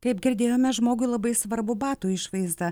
kaip girdėjome žmogui labai svarbu batų išvaizda